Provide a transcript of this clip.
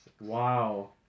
wow